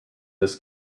this